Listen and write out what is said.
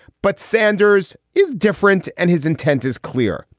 but sanders is different and his intent is clear.